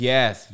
Yes